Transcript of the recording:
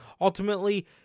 Ultimately